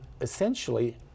essentially